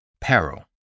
Peril